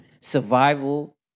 survival-